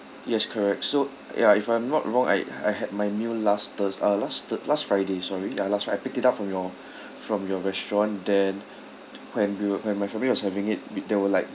yes correct so ya if I'm not wrong I I had my meal last thurs~ uh last thu~ last friday sorry ya last friday I picked it up from your from your restaurant then when we were when my family was having it bit there were like